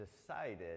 decided